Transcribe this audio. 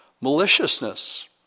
maliciousness